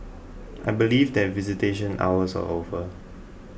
I believe that visitation hours are over